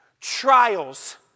Trials